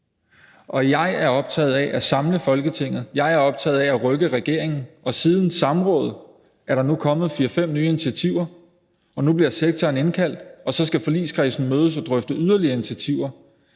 jeg er optaget af at samle Folketinget, jeg er optaget af at rykke regeringen, og siden samrådet er der nu kommet fire-fem nye initiativer, og nu bliver sektoren indkaldt, og så skal forligskredsen mødes og drøfte yderligere initiativer.